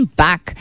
back